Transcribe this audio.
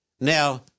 Now